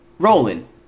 Rolling